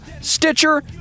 Stitcher